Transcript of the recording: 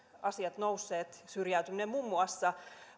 asiat nousseet syrjäytyminen muun muassa